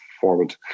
forward